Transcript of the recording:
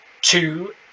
two